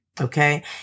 Okay